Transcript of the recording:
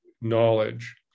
knowledge